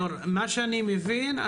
לפי מה שאני מבין,